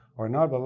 or not, blah,